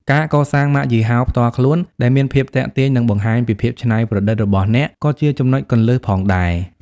ការកសាងម៉ាកយីហោផ្ទាល់ខ្លួន ដែលមានភាពទាក់ទាញ និងបង្ហាញពីភាពច្នៃប្រឌិតរបស់អ្នកក៏ជាចំណុចគន្លឹះផងដែរ។